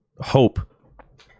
hope